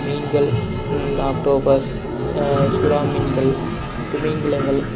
மீன்கள் ஆக்டோபஸ் சுறா மீன்கள் திமிங்கலங்கள்